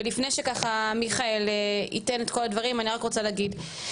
ולפני שככה מיכאל ייתן את כל הדברים אני רק רוצה להגיד,